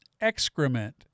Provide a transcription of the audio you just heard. excrement